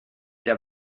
der